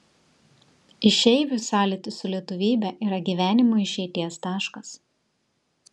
išeiviui sąlytis su lietuvybe yra gyvenimo išeities taškas